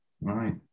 right